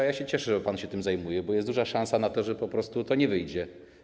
A ja się cieszę, że pan się tym zajmuje, bo jest duża szansa na to, że po prostu to nie wyjdzie.